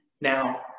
now